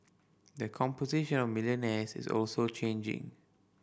the composition of millionaires is also changing